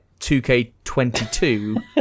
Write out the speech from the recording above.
2K22